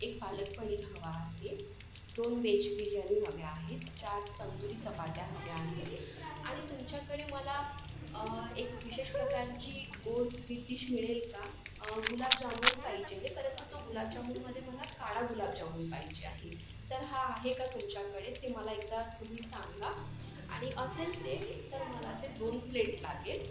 एक पालक पनीर हवा आहे दोन वेज बिर्याणी हव्या आहेत चार तंदूरी चपात्या हव्या आहेत आणि तुमच्याकडे मला एक विशेष प्रकारची गोड स्वीट डिश मिळेल का गुलाबजामुन पाहिजे आहे परंतु तो गुलाबजामुनमध्ये मला काळा गुलाबजामुन पाहिजे आहे तर हा आहे का तुमच्याकडे ते मला एकदा तुम्ही सांगा आणि असेल ते तर मला ते दोन प्लेट लागेल